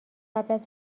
قبل